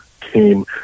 came